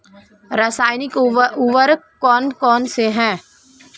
रासायनिक उर्वरक कौन कौनसे हैं?